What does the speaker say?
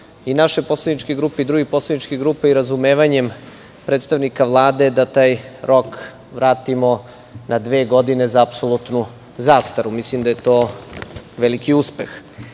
i naše poslaničke grupe i drugih poslaničkih grupa i razumevanjem predstavnika Vlade da taj rok vratimo na dve godine za apsolutnu zastarelost. Mislim da je to veliki uspeh. Što